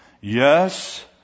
Yes